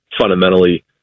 fundamentally